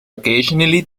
occasionally